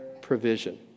provision